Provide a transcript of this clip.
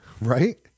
right